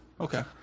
Okay